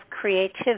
creativity